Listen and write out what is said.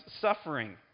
suffering